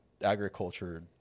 agriculture